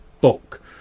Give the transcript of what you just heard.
book